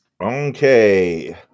Okay